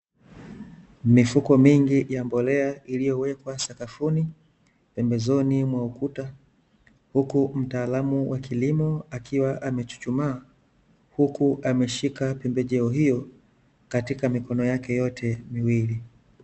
Mifuko mingi ya mbolea iliyowekwa sakafuni pembezoni mwa ukuta, huku mtaalamu wa kilimo akiwa amechuchumaa huku ameshika pembejeo hiyo katika mikono yake yote miwili.